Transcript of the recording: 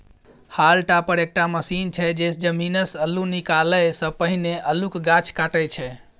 hall topper एकटा machine छै जे जमीनसँ अल्लु निकालै सँ पहिने अल्लुक गाछ काटय छै